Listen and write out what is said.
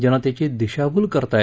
जनतेची दिशाभूल करत आहेत